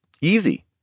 easy